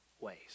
ways